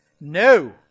No